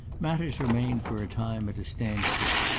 matters remained for a time at a standstill.